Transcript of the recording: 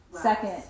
Second